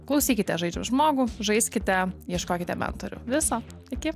klausykite aš žaidžiu žmogų žaiskite ieškokite mentorių viso iki